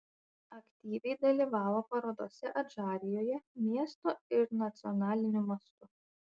aktyviai dalyvavo parodose adžarijoje miesto ir nacionaliniu mastu